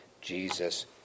Jesus